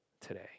today